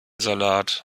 salat